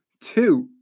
two